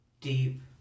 Deep